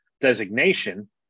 designation